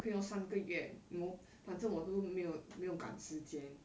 K lor 三个月 mo 反正我都没有没有赶时间